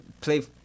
play